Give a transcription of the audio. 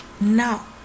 Now